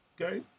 Okay